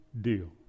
deal